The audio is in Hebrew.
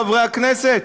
חברי הכנסת?